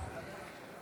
בבקשה.